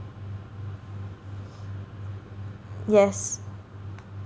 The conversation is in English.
yes